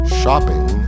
shopping